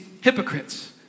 Hypocrites